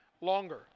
longer